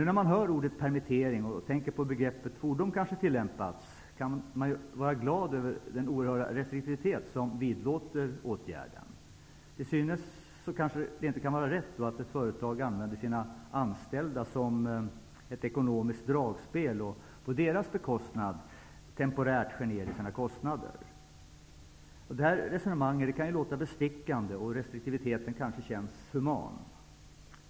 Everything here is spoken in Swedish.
När man nu hör ordet permittering och tänker på hur begreppet fordom kanske tillämpats, kan man vara glad över den oerhörda restriktivitet som vidlåder åtgärden. Till synes kan det inte vara rätt att ett företag använder sina anställda som ett ekonomiskt dragspel och på deras bekostnad temporärt skär ned sina kostnader. Det här resonemanget kan låta bestickande och restriktiviteten kanske känns human.